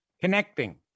connecting